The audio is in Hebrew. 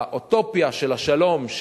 באוטופיה של השלום,